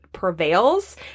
prevails